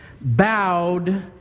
bowed